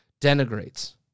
denigrates